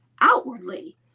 outwardly